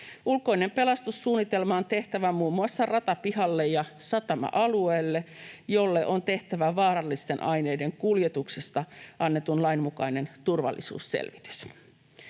Ulkoinen pelastussuunnitelma on tehtävä muun muassa ratapihalle ja satama-alueelle, jolle on tehtävä vaarallisten aineiden kuljetuksesta annetun lain mukainen turvallisuusselvitys.